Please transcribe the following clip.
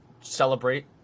celebrate